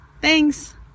Thanks